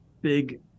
big